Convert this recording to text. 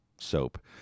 soap